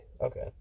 Okay